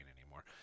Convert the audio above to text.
anymore